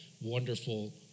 wonderful